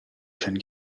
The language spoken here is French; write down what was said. jeune